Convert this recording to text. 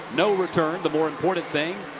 no return, the more important thing.